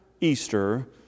Easter